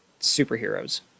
superheroes